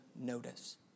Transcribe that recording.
notice